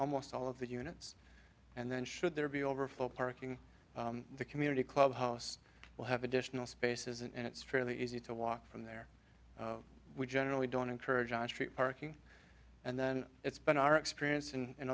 almost all of the units and then should there be overflow parking the community clubhouse will have additional spaces and it's fairly easy to walk from there we generally don't encourage on street parking and then it's been our experience and